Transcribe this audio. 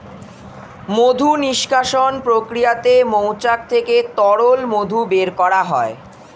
মধু নিষ্কাশণ প্রক্রিয়াতে মৌচাক থেকে তরল মধু বের করা হয়